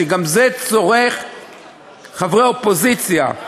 שגם זה מצריך חברי אופוזיציה.